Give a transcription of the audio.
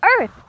Earth